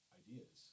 ideas